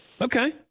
Okay